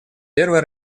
первая